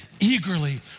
eagerly